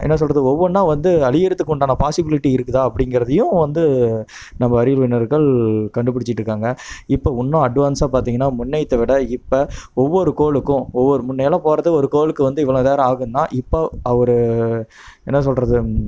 என்ன சொல்கிறது ஒவ்வொன்றா வந்து அழிகிறத்துக்கு உண்டான பாசிபிலிட்டி இருக்குதா அப்படிங்கிறதையும் வந்து நம்ம அறிவியல் வல்லுநர்கள் கண்டுபிடிச்சிகிட்ருக்காங்க இப்போ இன்னும் அட்வான்ஸாக பார்த்திங்கன்னா முன்னையத விட இப்போ ஒவ்வொரு கோளுக்கும் ஒவ்வொரு நில போகிறதுக்கு ஒரு கோளுக்கு வந்து இவ்வளோ நேரம் ஆகுதுன்னா இப்போ ஒரு என்ன சொல்கிறது